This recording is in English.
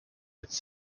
its